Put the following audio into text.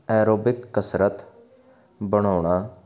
aerobic ਕਸਰਤ ਬਣਾਉਣਾ